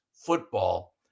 football